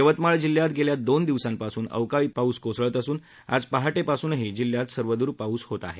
यवतमाळ जिल्ह्यात गेल्या दोन दिवसांपासून अवकाळी पाऊस कोसळत असून आज पहाटेपासूनही जिल्ह्यात सर्वदूर पाऊस होत आहे